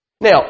Now